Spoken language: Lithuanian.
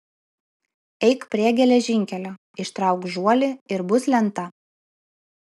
eik prie geležinkelio ištrauk žuolį ir bus lenta